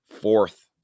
fourth